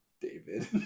David